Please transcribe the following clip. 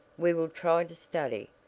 we will try to study,